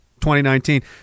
2019